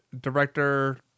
director